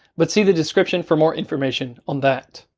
but see the description for more information on that.